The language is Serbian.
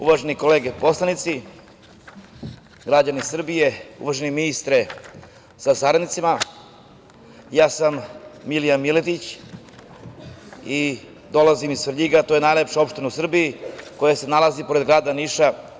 Uvažene kolege poslanici, građani Srbije, uvaženi ministre sa saradnicima, ja sam Milija Miletić i dolazim iz Svrljiga, a to je najlepša opština u Srbiji koja se nalazi pored grada Niša.